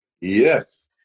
Yes